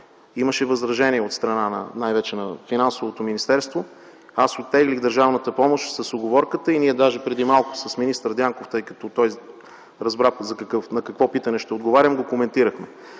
Имаше възражения от страна на Финансовото министерство. Аз оттеглих държавната помощ с уговорка. Даже преди малко с министър Дянков, тъй като той разбра на какво питане ще отговарям, го коментирахме.